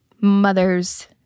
mothers